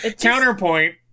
Counterpoint